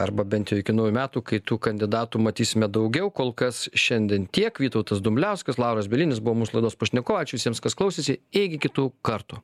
arba bent jau iki naujųjų metų kai tų kandidatų matysime daugiau kol kas šiandien tiek vytautas dumbliauskas lauras bielinis buvo mūsų laidos pašnekovai ačiū visiems kas klausėsi iki kitų kartų